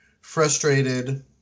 frustrated